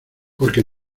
porque